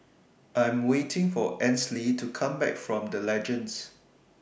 I'm waiting For Ansley to Come Back from The Legends